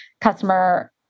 customer